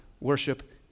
worship